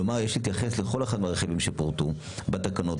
כלומר יש להתייחס לכל אחד מהרכיבים שפורטו בתקנות,